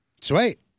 Sweet